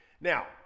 Now